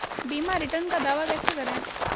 बीमा रिटर्न का दावा कैसे करें?